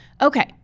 okay